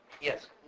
Yes